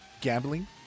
Gambling